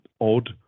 odd